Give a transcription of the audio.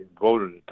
voted